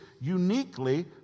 uniquely